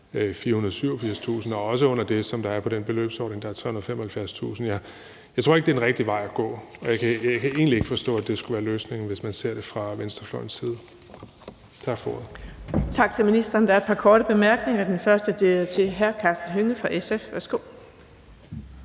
487.000 kr., og også under det, som er på den beløbsordning, som er på 375.000 kr. Jeg tror som sagt ikke, det er den rigtige vej at gå, og jeg kan egentlig ikke forstå, at det skulle være løsningen, hvis man ser det fra venstrefløjens side. Tak for ordet. Kl. 14:28 Den fg. formand (Birgitte Vind): Tak til ministeren. Der er et par korte bemærkninger. Den første er til hr. Karsten Hønge fra SF. Værsgo.